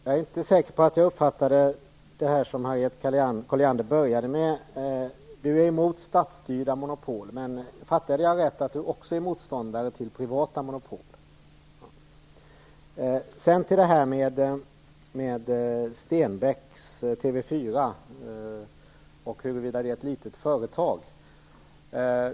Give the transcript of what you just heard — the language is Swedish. Herr talman! Jag är inte säker på att jag uppfattade det som Harriet Colliander började med. Hon är emot statsstyrda monopol, sade hon, men fattade jag rätt när jag uppfattade att hon också är motståndare till privata monopol? Sedan till frågan huruvida Stenbecks TV 4 är ett litet företag.